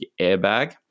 airbag